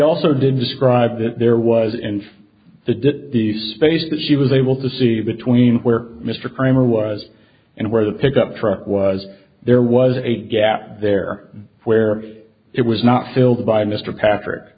also didn't describe it there was and the did in the space that she was able to see between where mr cramer was and where the pickup truck was there was a gap there where it was not filled by mr patrick